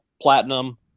Platinum